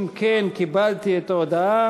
כן, אדוני.